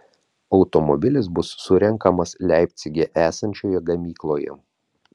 automobilis bus surenkamas leipcige esančioje gamykloje